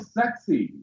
sexy